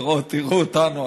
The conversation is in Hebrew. להראות: תראו אותנו,